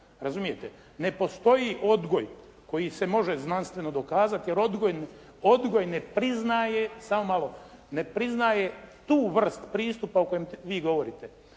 Razumijete, ne postoji odgoj koji se može znanstveno dokazati, jer odgoj ne priznaje, samo malo, ne priznaje tu vrst pristupa o kojem vi govorite.